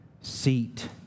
seat